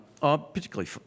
Particularly